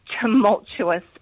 tumultuous